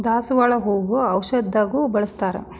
ದಾಸಾಳ ಹೂ ಔಷಧಗು ಬಳ್ಸತಾರ